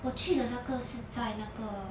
我去的那个是在那个